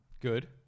Good